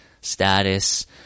status